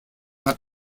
hat